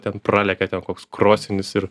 ten pralekia ten koks krosnis ir